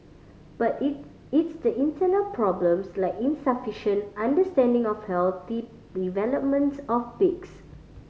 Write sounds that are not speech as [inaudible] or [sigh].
but [unintelligible] it's the internal problems like insufficient understanding of healthy [unintelligible] developments of pigs